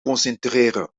concentreren